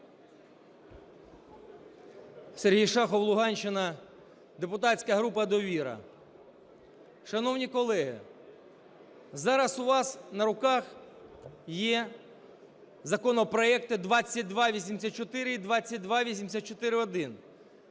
Сергій Шахов, Луганщина, депутатська група "Довіра". Шановні колеги, зараз у вас на руках є законопроекти 2284 і 2284-1.